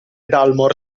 dalmor